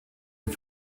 dem